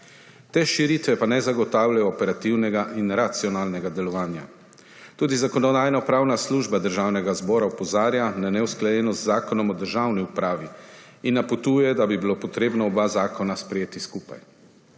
Te širitve pa ne zagotavljajo operativnega in racionalnega delovanja. Tudi Zakonodajno-pravna služba Državnega zbora opozarja na neusklajenost z Zakonom o državni upravi in napotuje, da bi bilo potrebno oba zakona sprejeti skupaj.